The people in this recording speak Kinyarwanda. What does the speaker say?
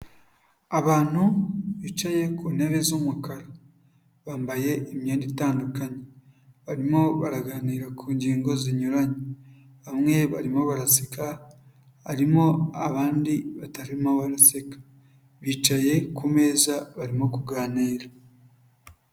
Abantu bicaye ku ntebe z'umukara. Bambaye imyenda itandukanye. Barimo baraganira ku ngingo zinyuranye. Bamwe barimo baraseka, harimo abandi batarimo baraseka. Bicaye ku meza, barimo kuganira.